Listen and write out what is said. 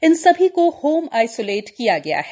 इन सभी को home isolate किया गया है